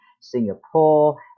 Singapore